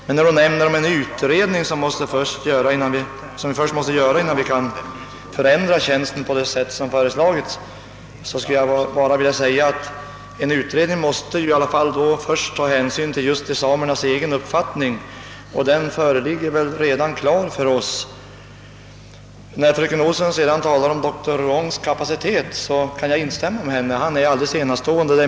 Men när hon talar om en utredning som vi måste göra innan vi kan förändra tjänsten på det sätt som föreslagits, vill jag säga att en utredning i alla fall först måste ta hänsyn till samernas egen uppfattning, och den är väl redan klar för oss. Jag kan instämma i vad fröken Olsson sade om doktor Ruongs kapacitet. Det är också min uppfattning att han är alldeles enastående.